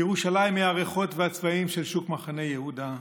ירושלים היא הריחות והצבעים של שוק מחנה יהודה.